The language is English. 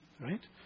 Right